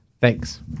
Thanks